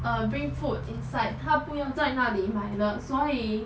err bring food inside 她不用在那里买了所以